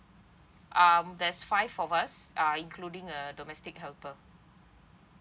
um there's five of us are including a domestic helper